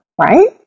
right